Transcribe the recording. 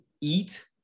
eat